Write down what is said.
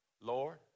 Lord